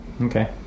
Okay